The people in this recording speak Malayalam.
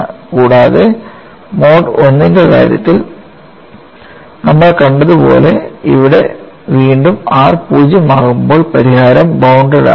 കൂടാതെ മോഡ് I ന്റെ കാര്യത്തിൽ നമ്മൾ കണ്ടതു പോലെ ഇവിടെ വീണ്ടും r 0 ആകുമ്പോൾ പരിഹാരം ബൌണ്ട്ഡ് ആണ്